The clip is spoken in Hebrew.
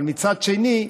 אבל מצד שני,